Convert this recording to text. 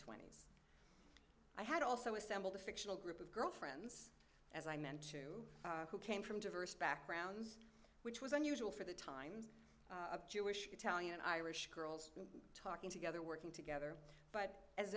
twenty i had also assembled a fictional group of girlfriends as i meant to who came from diverse backgrounds which was unusual for the time jewish italian and irish girls talking together working together but as